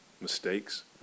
mistakes